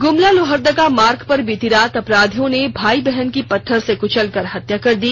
ग्मला लोहरदगा मार्ग पर बीती रात अपराधियों ने भाई बहन की पत्थर से कचलकर हत्या कर दी